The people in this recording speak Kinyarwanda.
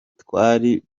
twari